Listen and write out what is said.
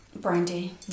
Brandy